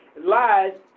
lies